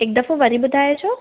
हिकु दफ़ो वरी ॿुधाइजो